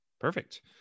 Perfect